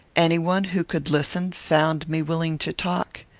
any one who could listen found me willing to talk.